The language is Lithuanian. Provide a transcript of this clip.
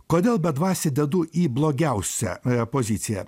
kodėl bedvasį dedu į blogiausią poziciją